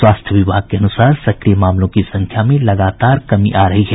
स्वास्थ्य विभाग के अनुसार सक्रिय मामलों की संख्या में लगातार कमी आ रही है